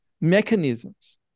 mechanisms